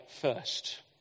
first